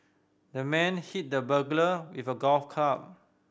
the man hit the burglar with a golf club